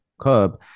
cub